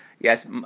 Yes